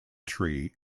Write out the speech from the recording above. tree